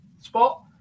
spot